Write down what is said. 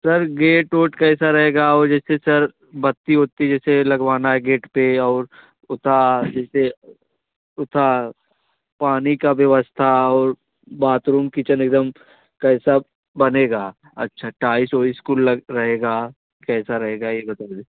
sir gate वेट कैसा रहेगा और जैसे सर बत्ती वत्ती जैसे लगवाना है गेट पर और उत्ता जैसे उत्ता पानी का व्यवस्था और बाथरूम किचन एकदम कैसा बनेगा अच्छा टाइल्स विल्स रहेगा कैसा रहेगा ये बताइए